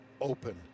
open